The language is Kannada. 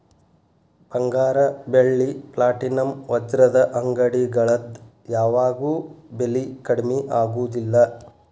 ಬಂಗಾರ ಬೆಳ್ಳಿ ಪ್ಲಾಟಿನಂ ವಜ್ರದ ಅಂಗಡಿಗಳದ್ ಯಾವಾಗೂ ಬೆಲಿ ಕಡ್ಮಿ ಆಗುದಿಲ್ಲ